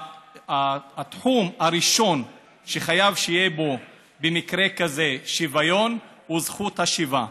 התחום הראשון שחייב שיהיה בו שוויון במקרה כזה הוא זכות השיבה.